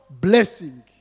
blessing